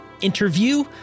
interview